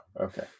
Okay